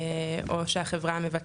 או שהחברה המבצעת,